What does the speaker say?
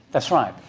that's right,